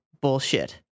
bullshit